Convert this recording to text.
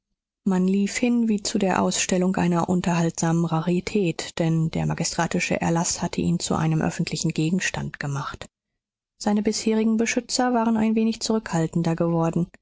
man lief hin wie zu der ausstellung einer unterhaltsamen rarität denn der magistratische erlaß hatte ihn zu einem öffentlichen gegenstand gemacht seine bisherigen beschützer waren ein wenig zurückhaltender geworden